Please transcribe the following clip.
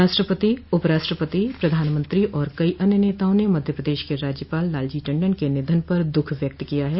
राष्ट्रपति उपराष्ट्रपति प्रधानमंत्री और कई अन्य नेताओं ने मध्यप्रदेश के राज्यपाल लालजी टंडन के निधन पर दुख व्यक्त किया है